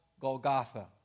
Golgotha